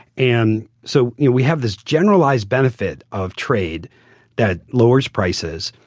and so you know we have this generalized benefit of trade that lowers prices,